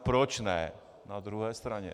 Proč ne na druhé straně?